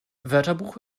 wörterbuch